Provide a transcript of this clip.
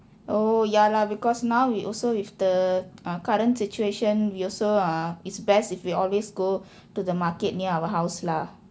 oh ya lah because now w~ also with the uh current situation we also ah it's best if you always go to the market near our house lah